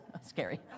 Scary